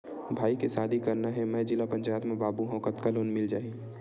भाई के शादी करना हे मैं जिला पंचायत मा बाबू हाव कतका लोन मिल जाही?